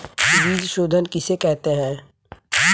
बीज शोधन किसे कहते हैं?